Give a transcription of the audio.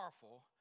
powerful